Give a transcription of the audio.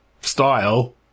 style